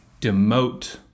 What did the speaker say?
demote